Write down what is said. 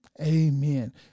Amen